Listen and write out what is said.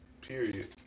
period